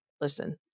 listen